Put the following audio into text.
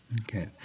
Okay